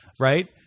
right